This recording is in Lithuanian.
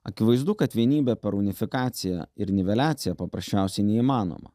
akivaizdu kad vienybė per unifikaciją ir niveliaciją paprasčiausiai neįmanoma